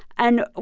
and.